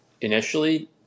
initially